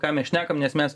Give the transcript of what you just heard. ką mes šnekam nes mes